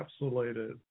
encapsulated